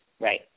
Right